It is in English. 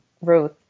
Ruth